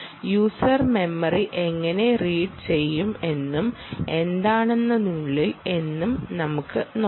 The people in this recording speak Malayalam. യൂസർ മെമ്മറി എങ്ങനെ റീഡ് ചെയ്യും എന്നും എന്താണതിനുള്ളിൽ എന്നും നമുക്ക് നോക്കാം